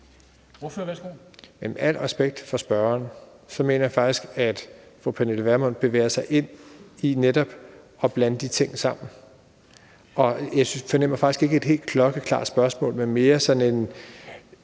Jamen med al respekt for spørgeren mener jeg faktisk, at fru Pernille Vermund bevæger sig ind i netop at blande de ting sammen. Jeg fornemmer faktisk ikke et helt klokkeklart spørgsmål, men mere sådan en